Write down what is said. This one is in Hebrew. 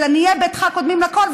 של עניי ביתך קודמים לכול,